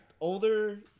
older